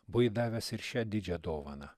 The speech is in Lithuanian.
buvai davęs ir šią didžią dovaną